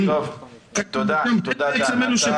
תודה, דן.